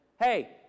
Hey